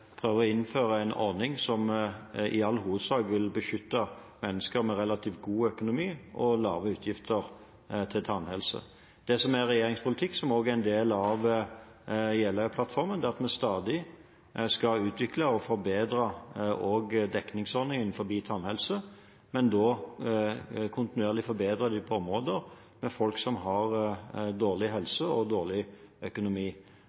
å innføre en ordning som i all hovedsak vil beskytte mennesker med relativt god økonomi og lave utgifter til tannhelse. Det som er regjeringens politikk, som også er en del av Jeløya-plattformen, er at vi stadig skal utvikle og forbedre også dekningsordningen innenfor tannhelse, men da kontinuerlig forbedre det på områder med folk som har dårlig helse og dårlig økonomi.